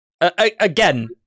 again